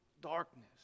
darkness